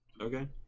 okay